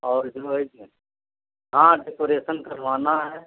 और इसमें ये हाँ डेकोरेसन करवाना है